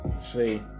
See